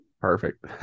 Perfect